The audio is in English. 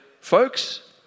folks